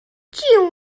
jiw